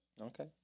Okay